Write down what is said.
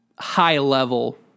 high-level